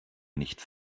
nicht